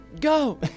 go